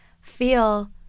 feel